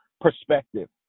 perspective